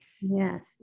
Yes